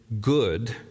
good